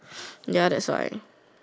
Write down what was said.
ya that's why